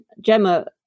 gemma